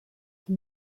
die